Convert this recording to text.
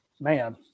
man